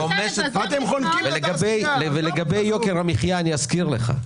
אתם חונקים את התעשייה.